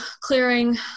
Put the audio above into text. clearing